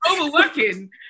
Overworking